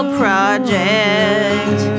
project